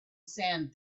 sand